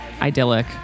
idyllic